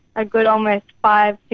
a good almost five,